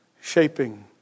shaping